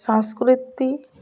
ସଂସ୍କୃତି